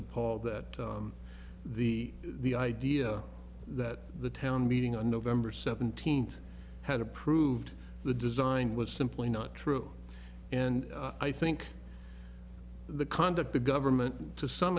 paul that the the idea that the town meeting on november seventeenth had approved the design was simply not true and i think the conduct the government to some